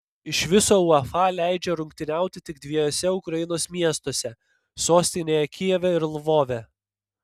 iš viso uefa leidžia rungtyniauti tik dviejuose ukrainos miestuose sostinėje kijeve ir lvove